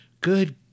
Good